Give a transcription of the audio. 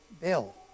bill